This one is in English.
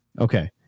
Okay